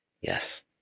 Yes